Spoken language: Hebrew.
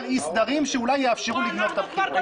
אי סדרים שאולי יאפשרו לגנוב את הבחירות.